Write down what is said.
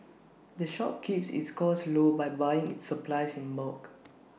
the shop keeps its costs low by buying its supplies in bulk